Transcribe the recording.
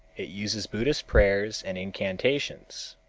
it uses buddhist prayers and incantations.